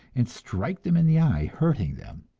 and strike them in the eye, hurting them.